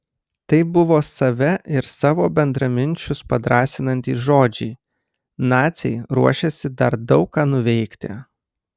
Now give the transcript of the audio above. tai buvo save ir savo bendraminčius padrąsinantys žodžiai naciai ruošėsi dar daug ką nuveikti